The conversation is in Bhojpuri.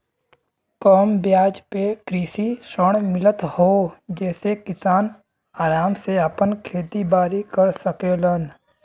कम बियाज पे कृषि ऋण मिलत हौ जेसे किसान आराम से आपन खेती बारी कर सकेलन